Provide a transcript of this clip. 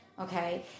okay